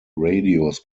radios